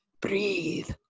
breathe